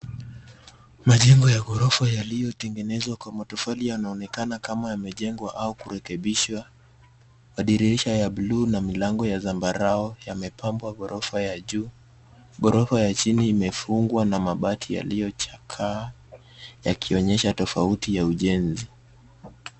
Majengo ya ghorofa yaliyotengenezwa kwa matofali yanaonekana kama yamejengwa au kurekebishwa. Madirisha ya buluu na milango ya zambarau yamepamba ghorofa ya juu. Ghorofa ya chini imefungwa na mabati yaliyochakaa yakionyesha tofauti ya ujenzi.